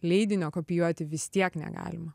leidinio kopijuoti vis tiek negalima